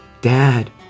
Dad